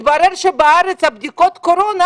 התברר שבארץ בדיקות הקורונה,